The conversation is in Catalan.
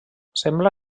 sembla